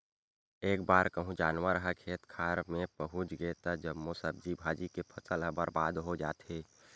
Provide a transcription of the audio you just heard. एक बार कहूँ जानवर ह खेत खार मे पहुच गे त जम्मो सब्जी भाजी के फसल ह बरबाद हो जाथे